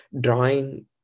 drawing